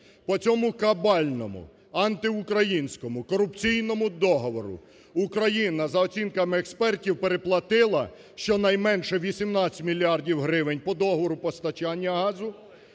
По цьому кабальному, антиукраїнському, корупційному договору Україна, за оцінками експертів, переплатила щонайменше 18 мільярдів гривень по договору постачання газу.